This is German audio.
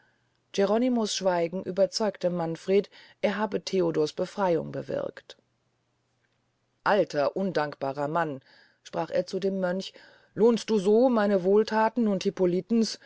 geronimo's schweigen überzeugte manfred er habe theodors befreyung bewirkt alter undankbarer mann sprach er zu dem mönch lohnst du so meine wohlthaten und